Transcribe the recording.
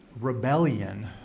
rebellion